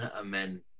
Amen